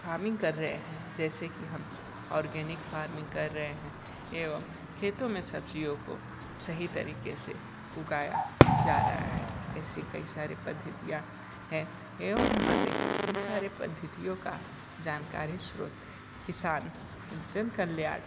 farming कर रहे हैं जैसे के हम ऑर्गेनिक फार्मिंग कर रहे हैं एवं खेतों में सब्ज़ियों को सही तरीके से उगाया जा रहा है ऐसे कई सारे पद्धतियाँ हैं एवं हमारे इन सारे पद्धतियों का जानकारी स्त्रोत किसान जन कल्याण